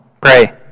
pray